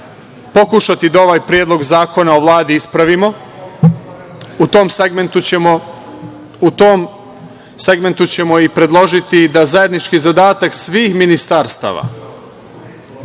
pokušati da ovaj Predlog zakona o Vladi ispravimo. U tom segmentu ćemo i predložiti da zajednički zadatak svih ministarstava